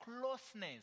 closeness